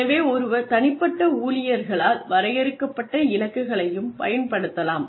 எனவே ஒருவர் தனிப்பட்ட ஊழியர்களால் வரையறுக்கப்பட்ட இலக்குகளையும் பயன்படுத்தலாம்